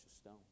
stone